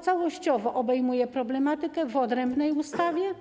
całościowo obejmuje problematykę w odrębnej ustawie.